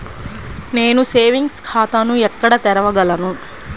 నేను సేవింగ్స్ ఖాతాను ఎక్కడ తెరవగలను?